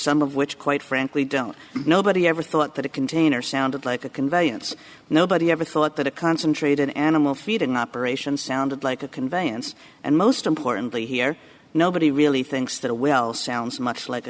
some of which quite frankly don't nobody ever thought that a container sounded like a conveyance nobody ever thought that a concentrated animal feed an operation sounded like a conveyance and most importantly here nobody really thinks that a will sounds much like a